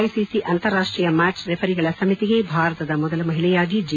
ICC ಅಂತಾರಾಷ್ಷೀಯ match ರೆಫರಿಗಳ ಸಮಿತಿಗೆ ಭಾರತದ ಮೊದಲ ಮಹಿಳೆಯಾಗಿ ಜಿ